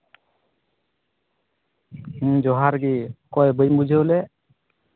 ᱡᱚᱦᱟᱨ ᱜᱮ ᱚᱠᱚᱭ ᱵᱟᱹᱧ ᱵᱩᱡᱷᱟᱹᱣ ᱞᱮᱫ